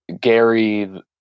Gary